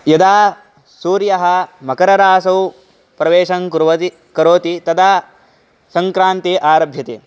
यदा सूर्यः मकरराशौ प्रवेशं कुर्वन्ति करोति तदा सङ्क्रान्ति आरभ्यते